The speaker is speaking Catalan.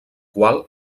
quan